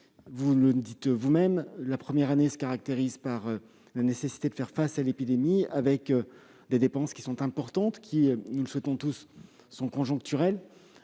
Vous le dites vous-même, la première année se caractérise par la nécessité de faire face à l'épidémie, avec des dépenses qui sont, certes, importantes, mais qui, nous le souhaitons tous, sont conjoncturelles.